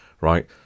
right